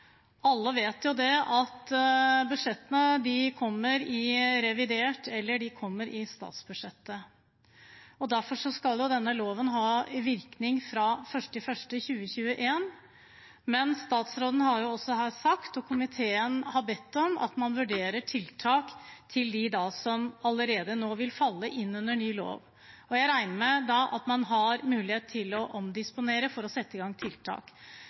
Alle vet at budsjettene kommer i revidert, eller de kommer i statsbudsjettet, og derfor skal denne loven ha virkning fra 1. januar 2021. Men statsråden har også sagt her, og komiteen har bedt om, at man vurderer tiltak allerede nå for dem som vil falle inn under ny lov. Jeg regner da med at man har mulighet til å omdisponere for å sette i gang tiltak.